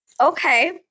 Okay